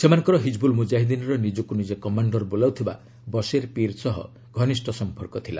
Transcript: ସେମାନଙ୍କର ହିକବୁଲ ମୁକାହିଦ୍ଦିନର ନିଜକୁ ନିଜେ କମାଣ୍ଡର ବୋଲାଉଥିବା ବଶିର ପିର୍ ସହ ଘନିଷ୍ଠ ସମ୍ପର୍କ ଥିଲା